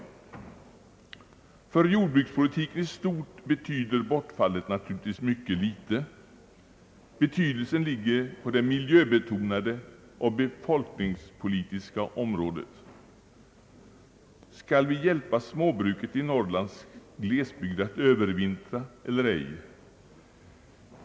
För jordbrukspolitiken i stort betyder bortfallet naturligtvis mycket litet, betydelsen ligger på det miljöbetonade och befolkningspolitiska området. Skall vi hjälpa småbruket i Norrlands gles bygder att övervintra eller ej?